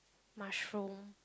mushroom